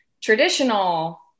traditional